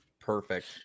Perfect